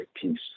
peace